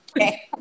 Okay